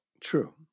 True